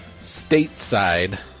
stateside